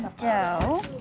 dough